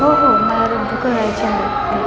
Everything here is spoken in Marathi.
हो हो मला रद्द करायचे आहे